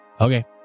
Okay